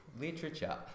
literature